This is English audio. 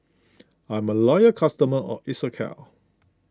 I'm a loyal customer of Isocal